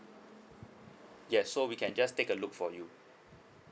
yes so we can just take a look for you